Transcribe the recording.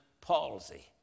palsy